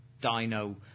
dino